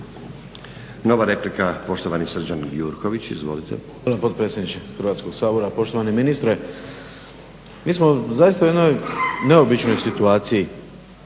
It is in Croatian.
Nova replika, poštovani Srđan Gjurković. Izvolite.